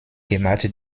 gemacht